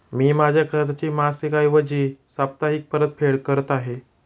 मी माझ्या कर्जाची मासिक ऐवजी साप्ताहिक परतफेड करत आहे